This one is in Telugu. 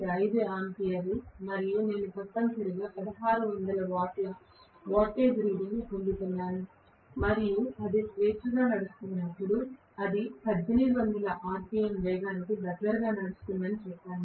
5 ఆంపియర్ మరియు నేను తప్పనిసరిగా 1600 వాట్ల వాటేజ్ రీడింగు పొందుతున్నాను మరియు అది స్వేచ్ఛగా నడుస్తున్నప్పుడు అది 1800 ఆర్పిఎమ్ వేగం కి దగ్గరగానడుస్తుందని చెప్పండి